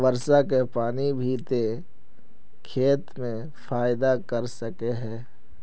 वर्षा के पानी भी ते खेत में फायदा कर सके है?